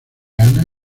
ana